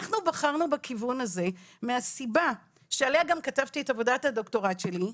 אנחנו בחרנו בכיוון הזה מהסיבה שעליה גם כתבתי את עבודת הדוקטורט שלי,